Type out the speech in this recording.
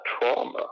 trauma